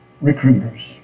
recruiters